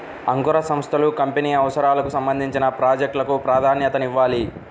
అంకుర సంస్థలు కంపెనీ అవసరాలకు సంబంధించిన ప్రాజెక్ట్ లకు ప్రాధాన్యతనివ్వాలి